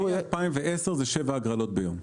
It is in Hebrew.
מ-2010 יש שבע הגרלות ביום.